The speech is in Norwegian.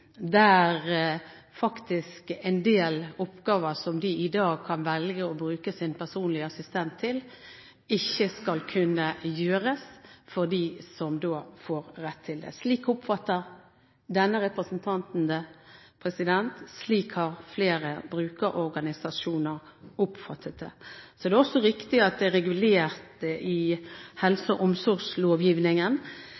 der en del oppgaver som de i dag kan velge å bruke sin personlige assistent til, ikke skal kunne gjøres for dem som får denne retten. Slik oppfatter denne representanten det. Slik har flere brukerorganisasjoner oppfattet det. Det er også riktig at dette er regulert i